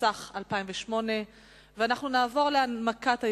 התשס"ח 2008. אנחנו נעבור להנמקת הערעורים.